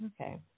Okay